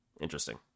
Interesting